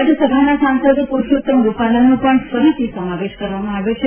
રાજ્યસભાના સાંસદ પરષોત્તમ રૂપાલાનો પણ ફરીથી સમાવેશ કરવામાં આવ્યો છે